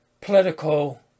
political